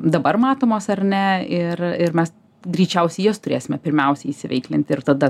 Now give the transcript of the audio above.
dabar matomos ar ne ir ir mes greičiausiai jas turėsime pirmiausia įsiveiklinti ir tada